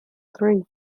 three